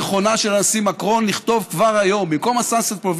הנכונה של הנשיא מקרון לכתוב כבר היום: במקום הסנקציות,